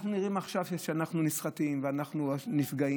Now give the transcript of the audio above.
אנחנו נראים עכשיו כאילו שאנחנו נסחטים ואנחנו נפגעים.